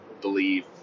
believe